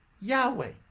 Yahweh